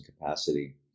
capacity